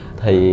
thì